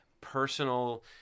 personal